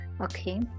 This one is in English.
okay